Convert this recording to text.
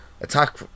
attack